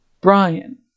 Brian